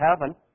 heaven